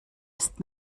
ist